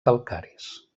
calcaris